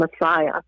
Messiah